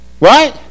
Right